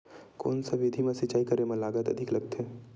कोन सा विधि म सिंचाई करे म लागत अधिक लगथे?